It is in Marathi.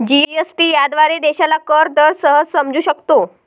जी.एस.टी याद्वारे देशाला कर दर सहज समजू शकतो